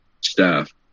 staff